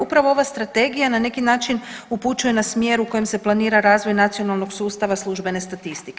Upravo ova strategija na neki način upućuje na smjer u kojem se planira razvoj nacionalnog sustava službene statistike.